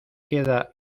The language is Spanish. queda